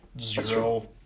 zero